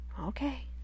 Okay